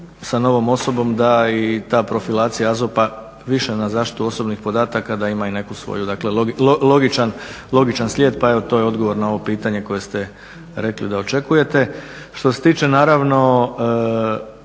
da ta profilacija AZOP-a više na zaštitu osobnih podataka da ima i neku svoju logičan slijed, pa evo to je odgovor na ovo pitanje koje ste rekli da očekujete. Što se tiče naravno